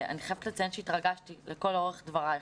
אני חייבת לציין שהתרגשתי לכל אורך דבריך.